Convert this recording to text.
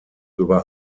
über